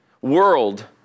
world